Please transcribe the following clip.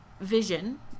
vision